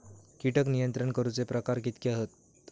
कीटक नियंत्रण करूचे प्रकार कितके हत?